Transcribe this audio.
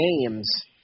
games